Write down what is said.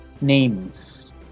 names